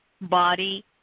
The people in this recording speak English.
body